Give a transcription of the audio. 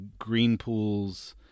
Greenpools